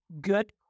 Good